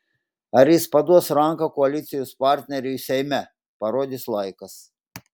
ar jis paduos ranką koalicijos partneriui seime parodys laikas